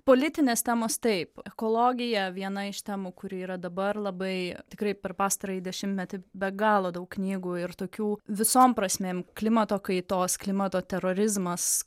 politinės temos taip ekologija viena iš temų kuri yra dabar labai tikrai per pastarąjį dešimtmetį be galo daug knygų ir tokių visom prasmėm klimato kaitos klimato terorizmas